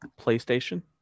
PlayStation